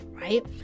right